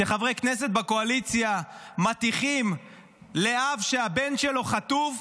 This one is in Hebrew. שחברי כנסת בקואליציה מטיחים באב שהבן שלו חטוף